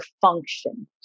function